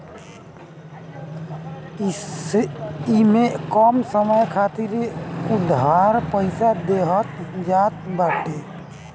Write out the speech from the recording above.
इमे कम समय खातिर उधार पईसा देहल जात बाटे